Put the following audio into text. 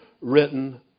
written